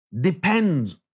depends